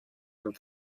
dem